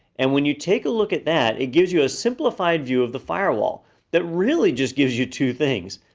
and when you take a look at that, it gives you a simplified view of the firewall that really just gives you two things.